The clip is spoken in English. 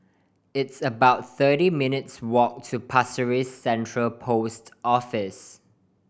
it's about thirty minutes' walk to Pasir Ris Central Post Office